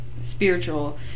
spiritual